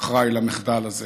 אחראי למחדל הזה.